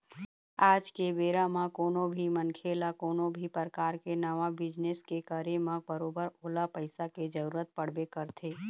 आज के बेरा म कोनो भी मनखे ल कोनो भी परकार के नवा बिजनेस के करे म बरोबर ओला पइसा के जरुरत पड़बे करथे